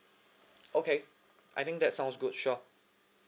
okay I think that sounds good sure